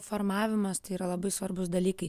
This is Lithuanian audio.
formavimas tai yra labai svarbūs dalykai